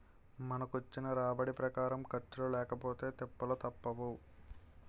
మనకొచ్చిన రాబడి ప్రకారం ఖర్చులు లేకపొతే తిప్పలు తప్పవు